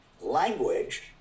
language